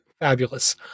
Fabulous